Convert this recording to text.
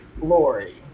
Lori